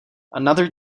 another